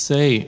Say